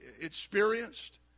experienced